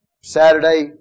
Saturday